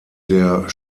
der